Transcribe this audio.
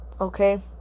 Okay